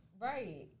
Right